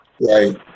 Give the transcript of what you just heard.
Right